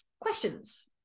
questions